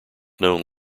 known